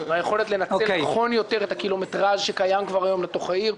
היכולת לנצל נכון יותר את הקילומטראז' שקיים כבר היום לתוך העיר,